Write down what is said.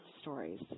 stories